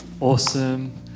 Awesome